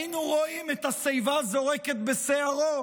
היינו רואים את השיבה זורקת בשערו,